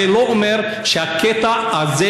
אז זה לא אומר שהקטע הזה,